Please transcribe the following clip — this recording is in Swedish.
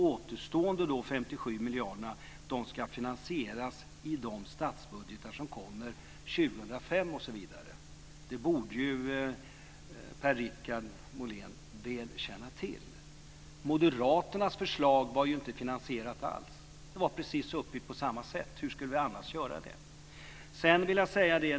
Återstående 57 miljarder ska finansieras i de statsbudgetar som kommer år 2005 osv. Det borde Per-Richard Molén väl känna till. Moderaternas förslag var ju inte alls finansierat; det var uppbyggt på precis samma sätt. Hur skulle vi annars göra detta?